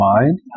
mind